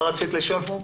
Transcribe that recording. מה רצית לשאול פה?